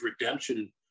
redemption